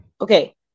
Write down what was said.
Okay